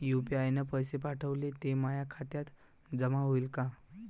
UPI न पैसे पाठवले, ते माया खात्यात जमा होईन का?